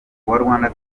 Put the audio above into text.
rwanda